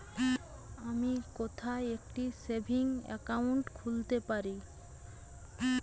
আমি কোথায় একটি সেভিংস অ্যাকাউন্ট খুলতে পারি?